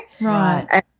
Right